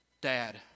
Dad